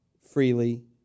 freely